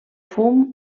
fum